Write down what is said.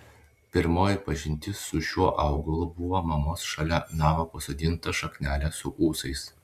pirmoji pažintis su šiuo augalu buvo mamos šalia namo pasodinta šaknelė su ūsais